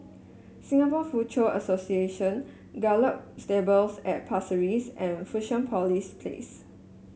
Singapore Foochow Association Gallop Stables at Pasir Ris and Fusionopolis Place